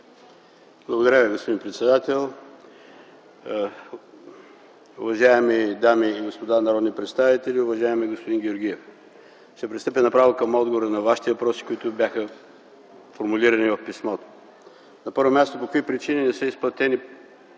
Благодаря Ви, господин председател. Уважаеми дами и господа народни представители! Уважаеми господин Георгиев, ще пристъпя направо към отговора на Вашите въпроси, които бяха формулирани в писмото. На първо място, по какви причини не са изплатени